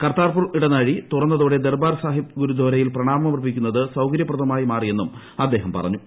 കർതാർപൂർ ഇടനാഴി തുറന്നതോടെ ദർബാർ സാഹിബ് ഗുരുദാരയിൽ പ്രണാമമർപ്പിക്കുന്നത് സൌകര്യപ്രദമായി മാറിയെന്നും അദ്ദേഹം പറഞ്ഞു